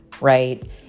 right